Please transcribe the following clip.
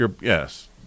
yes